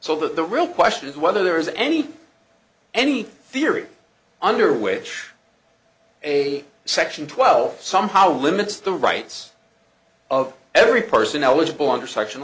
so that the real question is whether there is any any theory under which a section twelve somehow limits the rights of every person eligible under section